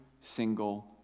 single